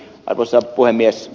arvoisa puhemies